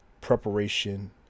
preparation